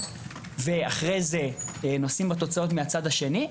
ואחרי זה נושאים בתוצאות מהצד השני,